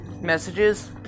messages